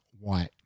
white